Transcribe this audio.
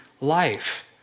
life